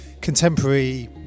contemporary